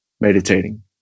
meditating